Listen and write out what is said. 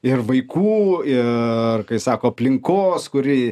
ir vaikų ir kai sako aplinkos kuri